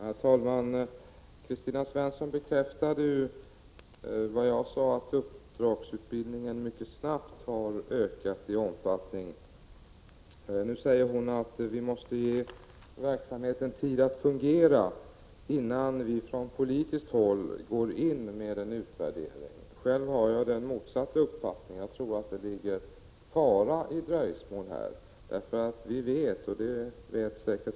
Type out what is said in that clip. Herr talman! Kristina Svensson bekräftade vad jag sade, nämligen att uppdragsutbildningen mycket snabbt har ökat i omfattning. Nu säger hon att verksamheten måste få tid att fungera innan vi från politiskt håll går in och gör en utvärdering. Själv har jag den motsatta uppfattningen — jag tror att det ligger en fara i ett dröjsmål.